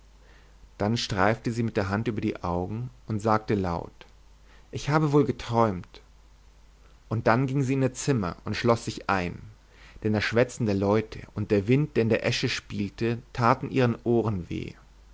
dann streifte sie mit der hand über die augen und sagte laut ich habe wohl geträumt und dann ging sie auf ihr zimmer und schloß sich ein denn das schwätzen der leute und der wind der in der esche spielte taten ihren ohren weh